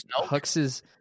Hux's